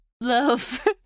Love